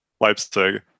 Leipzig